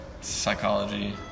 psychology